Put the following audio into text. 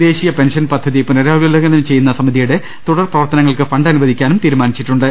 ദേശീയ പെൻഷൻ പദ്ധതി പുനരവലോകനം ചെയ്യുന്ന സമിതിയുടെ തുടർ പ്രവർത്തനങ്ങൾക്ക് ഫണ്ട് അനുവദിക്കാനും തീരുമാനിച്ചിട്ടുണ്ട്